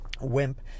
wimp